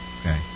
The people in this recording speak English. Okay